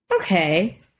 okay